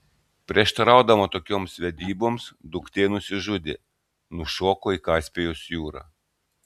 prieštaraudama tokioms vedyboms duktė nusižudė nušoko į kaspijos jūrą